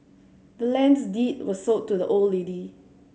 the land's deed was sold to the old lady